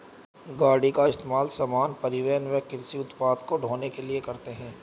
गाड़ी का इस्तेमाल सामान, परिवहन व कृषि उत्पाद को ढ़ोने के लिए करते है